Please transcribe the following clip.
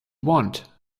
want